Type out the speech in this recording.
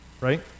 right